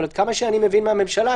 אבל עד כמה שאני מבין מהממשלה,